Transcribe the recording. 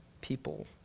people